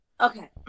okay